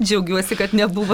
džiaugiuosi kad nebuvo